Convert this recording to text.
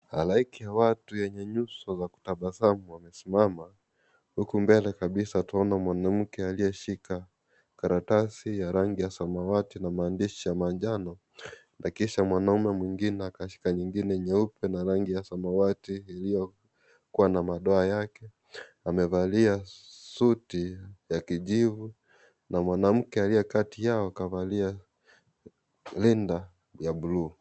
Halaiki ya watu yenye nyuso za kutabasamu, wamesimama. Huko mbele kabisa, twaona mwanamke aliyeshika kalatasi ya rangi ya samawati na mandishi ya manjano .Na kisha mwanaume mwingine ,akashika nyingine nyeupe na rangi ya samawati iliyokuwa na madoa yake. Amavalia suti ya kijivu na mwanamke aliye kati yao kavalia linda ya blue .